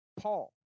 Paul